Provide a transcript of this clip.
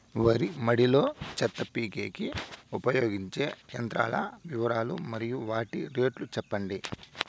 వరి మడి లో చెత్త పీకేకి ఉపయోగించే యంత్రాల వివరాలు మరియు వాటి రేట్లు చెప్పండి?